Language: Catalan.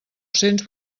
cents